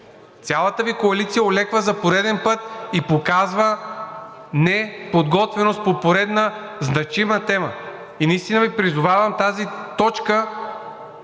Цялата Ви коалиция олеква за пореден път и показва неподготвеност по поредна значима тема. Наистина Ви призовавам в тази точка